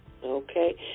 Okay